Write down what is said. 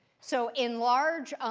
so in large,